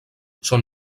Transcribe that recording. son